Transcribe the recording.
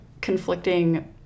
conflicting